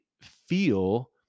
feel